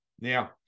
Now